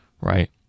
right